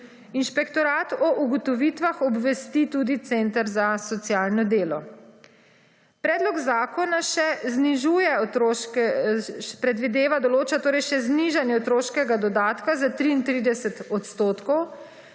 Inšpektorat o ugotovitvah obvesti tudi Center za socialno delo. Predlog zakona še znižuje predvideva, določa torej še znižanje otroškega dodatka za 33 odstotkov,